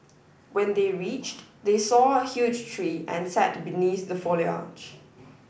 when they reached they saw a huge tree and sat beneath the foliage